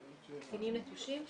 קטינים נטושים,